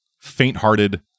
faint-hearted